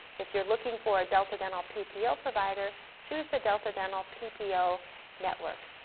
if you're looking for a delta dental ppo provider, choose the delta dental ppo network